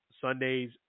Sunday's